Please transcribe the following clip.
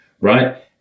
right